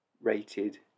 Rated